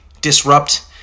disrupt